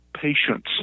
patience